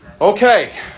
Okay